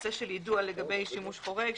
נושא של יידוע לגבי שימוש חורג,